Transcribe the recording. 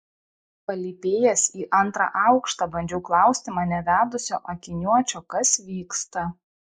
palypėjęs į antrą aukštą bandžiau klausti mane vedusio akiniuočio kas vyksta